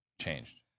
changed